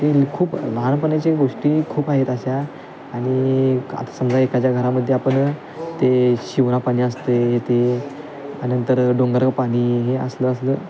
ते खूप लहानपणाची गोष्टी खूप आहेत अशा आणि आता समजा एकाच्या घरामध्ये आपण ते शिवणापाणी असतंय ते आणि नंतर डोंगर का पाणी हे असलं असलं